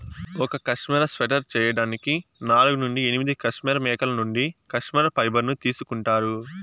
ఒక cashmere sweater చేయడానికి నాలుగు నుండి ఎనిమిది కష్మెరె మేకల నుండి కష్మెరె ఫైబర్ ను తీసుకుంటారు